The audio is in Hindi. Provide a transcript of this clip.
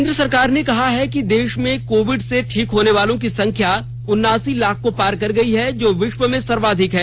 केन्द्र सरकार ने कहा है कि देश में कोविड से ठीक होने वालों की संख्या उनासी लाख को पार कर गई है जो विश्व में सर्वाधिक है